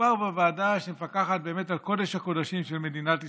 מדובר בוועדה שמפקחת על קודש הקודשים של מדינת ישראל.